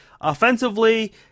offensively